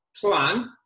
plan